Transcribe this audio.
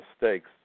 mistakes